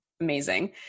Amazing